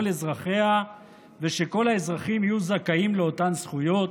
אזרחיה ושכל האזרחים יהיו זכאים לאותן זכויות?